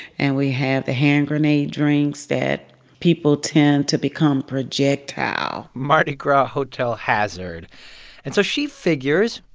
and we have the hand grenade drinks that people tend to become projectile mardi gras hotel hazard and so she figures,